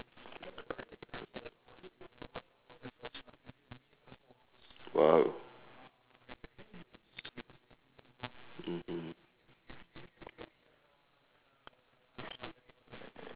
!wow! mmhmm